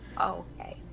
Okay